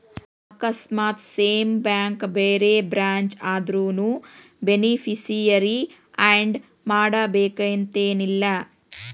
ಆಕಸ್ಮಾತ್ same bank ಬ್ಯಾರೆ branch ಆದ್ರುನೂ ಬೆನಿಫಿಸಿಯರಿ ಆಡ್ ಮಾಡಬೇಕನ್ತೆನಿಲ್ಲಾ